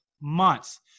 months